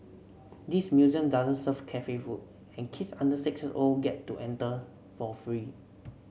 this museum doesn't serve cafe food and kids under six years old get to enter for free